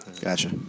gotcha